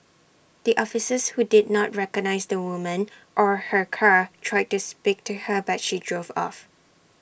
the officers who did not recognise the woman or her car tried to speak to her but she drove off